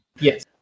Yes